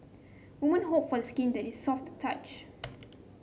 women hope for the skin that is soft to touch